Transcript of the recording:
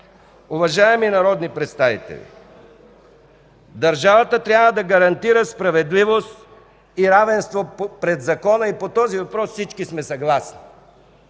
Уважаеми народни представители, държавата трябва да гарантира справедливост и равенство пред закона и по този въпрос всички сме съгласни.